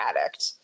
addict